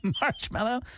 marshmallow